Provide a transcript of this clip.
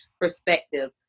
perspective